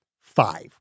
five